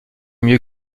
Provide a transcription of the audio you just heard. mieux